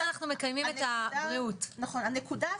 הנקודה הסופית,